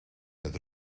het